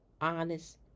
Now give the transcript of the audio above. honest